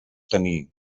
tenir